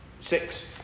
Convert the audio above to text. Six